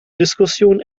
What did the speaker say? diskussion